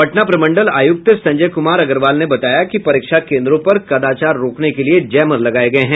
पटना प्रमंडल आयुक्त संजय कुमार अग्रवाल ने बताया कि परीक्षा केंद्रों पर कदाचार रोकने के लिये जैमर लगाये गये हैं